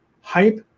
Hype